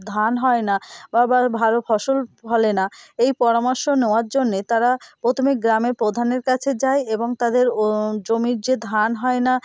ধান হয় না বা ভালো ফসল ফলে না এই পরামর্শ নেওয়ার জন্যে তারা প্রথমে গ্রামের প্রধানের কাছে যায় এবং তাদের জমির যে ধান হয় না